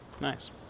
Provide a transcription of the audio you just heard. Nice